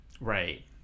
Right